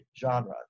genre